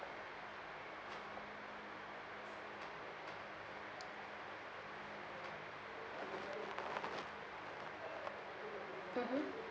mmhmm